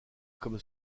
comme